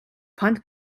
punt